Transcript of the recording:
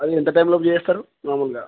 అది ఎంత టైంలోకి చేస్తారు నార్మల్గా